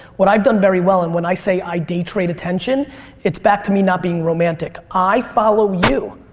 what i have done very well and when i say i day trade attention it's back to me not being romantic. i follow you.